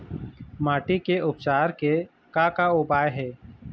माटी के उपचार के का का उपाय हे?